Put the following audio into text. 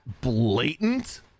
blatant